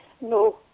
No